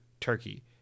turkey